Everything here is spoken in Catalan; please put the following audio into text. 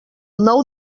nou